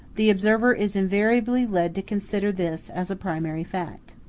the observer is invariably led to consider this as a primary fact.